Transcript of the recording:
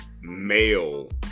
male